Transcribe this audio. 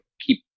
keep